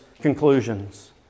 conclusions